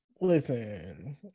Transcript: Listen